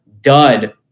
dud